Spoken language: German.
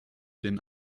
den